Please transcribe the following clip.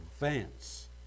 advance